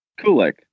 Kulik